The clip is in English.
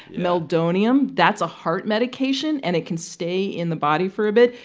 meldonium that's a heart medication, and it can stay in the body for a bit.